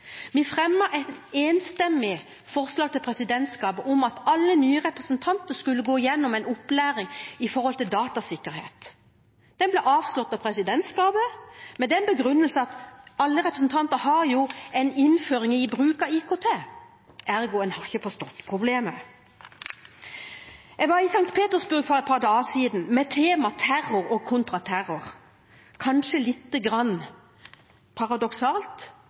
vi fremmet et enstemmig forslag til presidentskapet om at alle nye representanter skulle gå gjennom en opplæring om datasikkerhet. Det ble avslått av presidentskapet med den begrunnelse at alle representanter har jo en innføring i bruk av IKT. Ergo: En har ikke forstått problemet. Jeg var i St. Petersburg for et par dager siden med temaet terror og kontraterror. Kanskje litt paradoksalt,